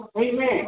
Amen